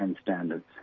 standards